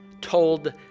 told